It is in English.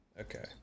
Okay